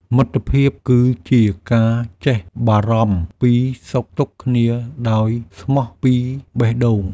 មិត្តភាពគឺជាការចេះបារម្ភពីសុខទុក្ខគ្នាដោយស្មោះពីបេះដូង។